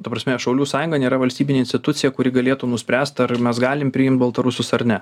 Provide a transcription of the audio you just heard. prasme šaulių sąjunga nėra valstybinė institucija kuri galėtų nuspręst ar mes galim priimt baltarusus ar ne